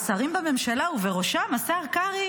השרים בממשלה ובראשם השר קרעי,